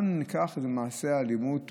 גם אם ניקח את מעשי האלימות,